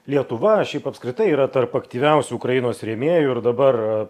lietuva šiaip apskritai yra tarp aktyviausių ukrainos rėmėjų ir dabar